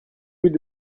rue